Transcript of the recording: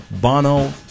Bono